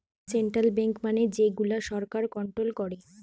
central bank মানে যে গুলা সরকার কন্ট্রোল করে